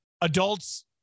adults